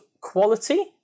quality